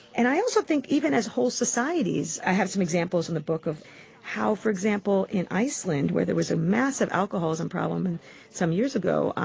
and i also think even as whole societies, i have some examples in the book of how, for example, in iceland where there was a massive alcoholism problem and some years ago,